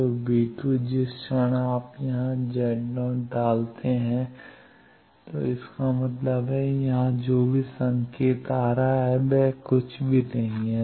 तो जिस क्षण आप यहां Z0 डालते हैं इसका मतलब है यहाँ से जो भी संकेत आ रहा है वह कुछ भी नहीं है